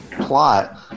plot